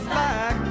back